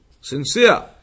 sincere